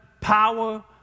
power